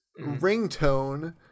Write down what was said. ringtone